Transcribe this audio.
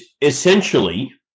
essentially